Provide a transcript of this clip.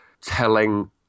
telling